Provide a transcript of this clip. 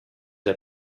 der